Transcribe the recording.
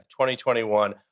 2021